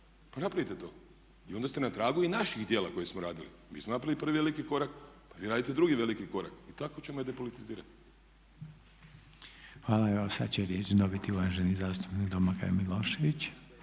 Pa napravite to i onda ste na tragu i naših djela koje smo radili. Mi smo napravili prvi veliki korak pa vi radite drugi veliki korak. I tako ćemo i depolitizirati. **Reiner, Željko (HDZ)** Hvala. Evo sad će riječ dobiti uvaženi zastupnik Domagoj Milošević.